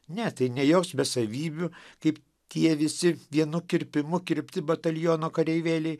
ne tai nejaugi be savybių kaip tie visi vienu kirpimu kirpti bataliono kareivėliai